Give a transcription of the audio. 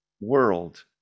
world